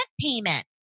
payment